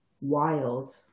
Wild